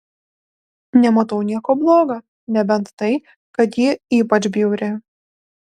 nematau nieko bloga nebent tai kad ji ypač bjauri